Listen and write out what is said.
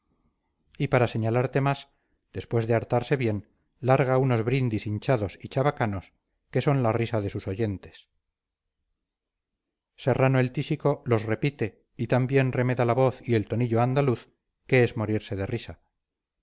y para señalarse más después de hartarse bien larga unos brindis hinchados y chabacanos que son la risa de sus oyentes serrano el tísico los repite y tan bien remeda la voz y el tonillo andaluz que es morirse de risa